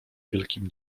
wielkim